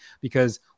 because-